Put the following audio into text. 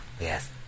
Yes